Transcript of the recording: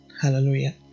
Hallelujah